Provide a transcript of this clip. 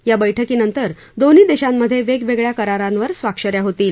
या बैठकीनंतर दोन्ही देशांमध्ये वेगवेगळ्या करारांवर स्वाक्षऱ्या होतील